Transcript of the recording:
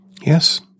yes